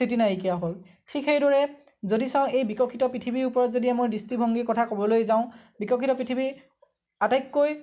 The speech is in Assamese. স্থিতি নাইকীয়া হ'ল ঠিক সেইদৰে যদি চাওঁ এই বিকশিত পৃথিৱীৰ ওপৰত যদি মোৰ দৃষ্টিভংগীৰ কথা ক'বলৈ যাওঁ বিকশিত পৃথিৱীৰ আটাইতকৈ